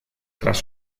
tras